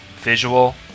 visual